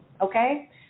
okay